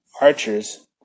archers